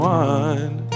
one